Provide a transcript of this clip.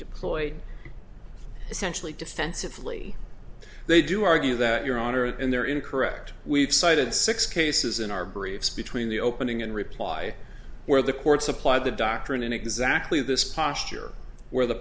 deployed essentially defensively they do argue that your honor and they're in correct we've cited six cases in our briefs between the opening and reply where the courts applied the doctrine in exactly this posture where the